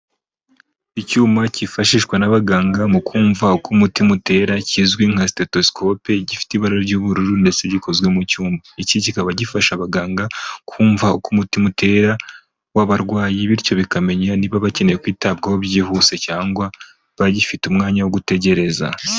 Icyuma cyifashishwa n'abaganga, mu kumva uko umutima utera kizwi nka sitatosikope, gifite ibara ry'ubururu ndetse gikozwe mu cyuma, iki kikaba gifasha abaganga kumva uko umutima utera w'abarwayi, bityo bikamenya niba bakeneye kwitabwaho byihuse cyangwa bagifite umwanya wo gutegereza.